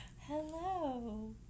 hello